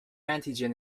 antigen